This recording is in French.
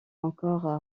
encore